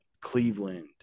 cleveland